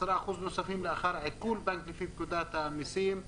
כ-10% נוספים לאחר עיקול בנק לפי פקודת המיסים (גבייה),